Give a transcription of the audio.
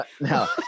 no